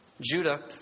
Judah